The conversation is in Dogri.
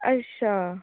अच्छा